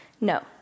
No